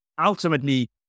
ultimately